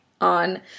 on